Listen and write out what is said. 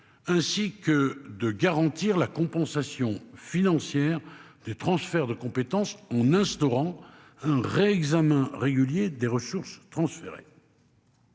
Ainsi que de garantir la compensation financière des transferts de compétences en instaurant un vrai examen régulier des ressources transférées.